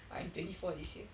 I'm twenty four this year